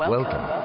Welcome